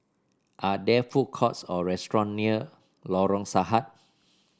are there food courts or restaurant near Lorong Sarhad